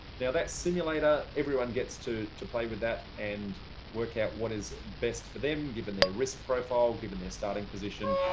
that simulator, everyone gets to to play with that and work out what is best for them, given their risk profile, given their starting position,